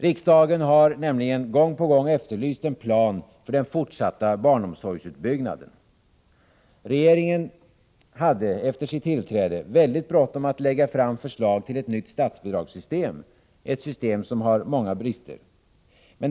Riksdagen har gång på gång efterlyst en plan för den fortsatta barnomsorgsutbyggnaden. Regeringen hade efter sitt tillträde väldigt bråttom med att lägga fram förslag till ett nytt statsbidragssystem, ett system som har många brister.